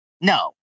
No